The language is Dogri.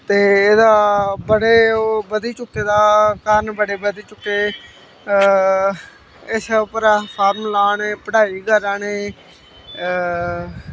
ते एह्दा बड़े ओह् बधी चुके दा कारण बड़े बधी चुके इस्सै उप्पर अस फार्म ला ने पढ़ाई करा ने